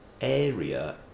area